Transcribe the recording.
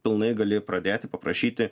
pilnai gali pradėti paprašyti